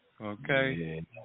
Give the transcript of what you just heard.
okay